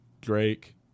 Drake